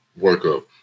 workup